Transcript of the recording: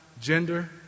gender